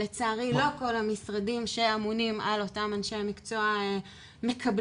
לצערי לא כל המשרדים שאמונים על אותם אנשי המקצוע מתמסרים